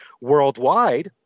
Worldwide